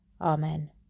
Amen